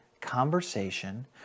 conversation